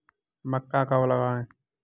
मक्का कब लगाएँ?